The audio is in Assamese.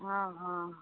অ অ